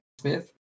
Smith